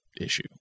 issue